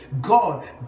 God